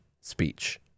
speech